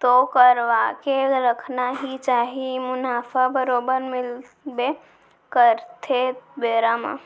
तो करवाके रखना ही चाही मुनाफा बरोबर मिलबे करथे बेरा म